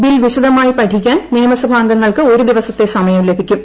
bill വിശദമായി പഠിയ്ക്കാൻ നിയമസഭാംഗങ്ങൾക്ക് ഒരു ദിവസത്തെ സമയം ലഭിക്കും